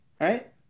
right